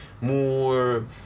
more